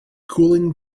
cooling